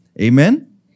amen